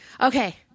Okay